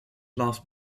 laughed